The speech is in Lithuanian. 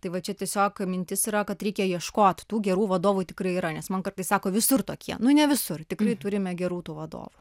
tai va čia tiesiog mintis yra kad reikia ieškot tų gerų vadovų tikrai yra nes man kartais sako visur tokie nu ne visur tikrai turime gerų tų vadovų